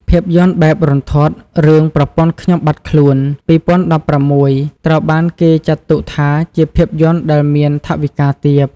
ភាពយន្តបែបរន្ធត់រឿង «ប្រពន្ធខ្ញុំបាត់ខ្លួន» (២០១៦) ត្រូវបានគេចាត់ទុកថាជាភាពយន្តដែលមាន ថវិកាទាប។